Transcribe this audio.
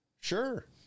Sure